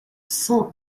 cent